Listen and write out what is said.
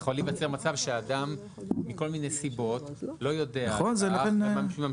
יכול להיווצר מצב שאדם מכל מיני סיבות לא יודע וממשיכים